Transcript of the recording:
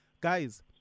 guys